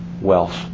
wealth